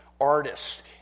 artist